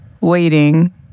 waiting